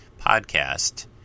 podcast